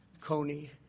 Coney